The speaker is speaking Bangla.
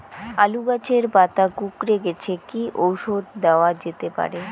আলু গাছের পাতা কুকরে গেছে কি ঔষধ দেওয়া যেতে পারে?